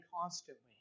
constantly